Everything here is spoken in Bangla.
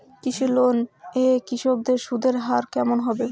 কৃষি লোন এ কৃষকদের সুদের হার কেমন হবে?